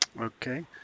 Okay